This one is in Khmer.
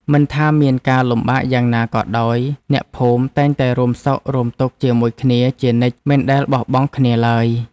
មិនថាមានការលំបាកយ៉ាងណាក៏ដោយអ្នកភូមិតែងតែរួមសុខរួមទុក្ខជាមួយគ្នាជានិច្ចមិនដែលបោះបង់គ្នាឡើយ។